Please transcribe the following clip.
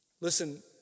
Listen